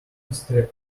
history